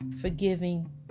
Forgiving